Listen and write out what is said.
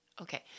okay